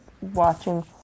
watching